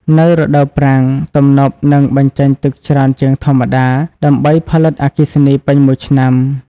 នៅរដូវប្រាំង ទំនប់នឹងបញ្ចេញទឹកច្រើនជាងធម្មតា ដើម្បីផលិតអគ្គិសនីពេញមួយឆ្នាំ។